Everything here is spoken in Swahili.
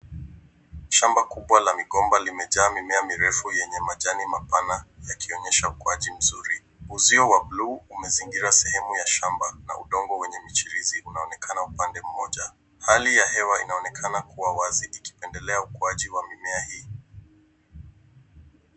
Shamba kubwa la migomba limejaa mimea mirefu yenye majani mapana yakionyesha ukuaji mzuri. Uzio wa blue umezingira sehemu ya shamba na udongo wenye michirizi unaonekana upande mmoja. Hali ya hewa inaonekana kuwa wazi ikipendelea ukuaji wa mimea hii.